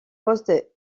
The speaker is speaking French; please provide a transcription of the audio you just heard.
poste